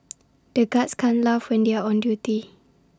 the guards can't laugh when they are on duty